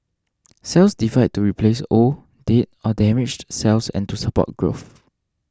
cells divide to replace old dead or damaged cells and to support growth